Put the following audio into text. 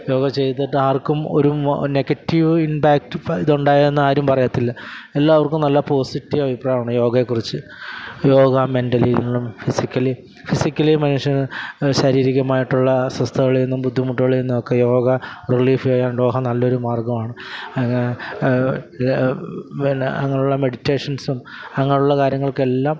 യോഗ ചെയ്തിട്ട് ആര്ക്കും ഒരു നെഗറ്റീവ് ഇമ്പാക്റ്റ് ഇതുണ്ടായതാണെന്ന് ആരും പറയത്തില്ല എല്ലാവര്ക്കും നല്ല പോസിറ്റീവ് അഭിപ്രായമാണ് യോഗയെക്കുറിച്ച് യോഗ മെന്റലീല്നിന്നും ഫിസിക്കലി ഫിസിക്കലി മനുഷ്യന് ശാരീരികമായിട്ടുള്ള അസ്വസ്ഥകളിൽനിന്നും ബുദ്ധിമുട്ടുകളിൽനിന്നും ഒക്കെ യോഗ റിലീഫ് ചെയ്യാന് യോഗ നല്ലൊരു മാര്ഗമാണ് പിന്നെ അങ്ങനെ ഉള്ള മെഡിറ്റേഷന്സും അങ്ങനെ ഉള്ള കാര്യങ്ങള്ക്കെല്ലാം